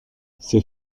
ces